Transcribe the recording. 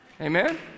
Amen